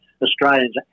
Australians